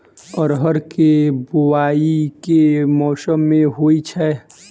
अरहर केँ बोवायी केँ मौसम मे होइ छैय?